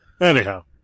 Anyhow